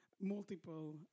multiple